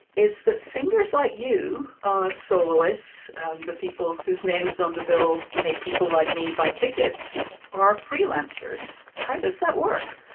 is that singers like you ah soloists and the people whose names on the bill make people like me buy tickets are freelancers. how does that work?